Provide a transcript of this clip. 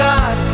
God